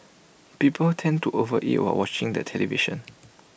people tend to overeat while watching the television